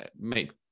make